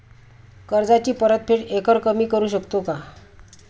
कर्जाची परतफेड एकरकमी करू शकतो का?